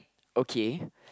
okay